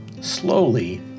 Slowly